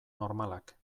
normalak